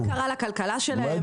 מה קרה לכלכלה שלהן,